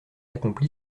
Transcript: accompli